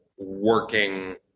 working